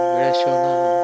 rational